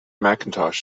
macintosh